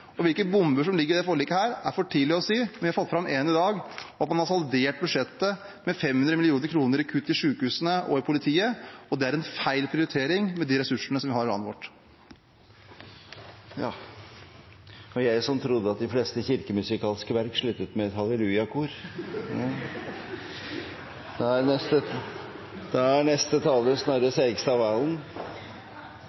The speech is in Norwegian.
sin. Hvilke bomber som ligger i dette forliket, er for tidlig å si. Vi har fått fram en i dag: at man har saldert budsjettet med 500 mill. kr i kutt til sykehusene og til politiet. Det er en feil prioritering med de ressursene som vi har i landet vårt. Og jeg som trodde at de fleste kirkemusikalske verk sluttet med et halleluja-kor! Det er